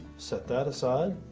set that aside.